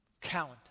count